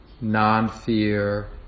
non-fear